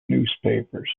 newspapers